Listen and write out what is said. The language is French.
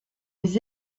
les